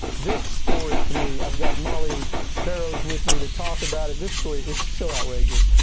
this story to me, i've got mollye barrows with me to talk about it. this story is so outrageous.